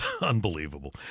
Unbelievable